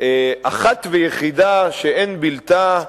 אחת ויחידה שאין בלתה,